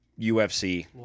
UFC